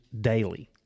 daily